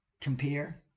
compare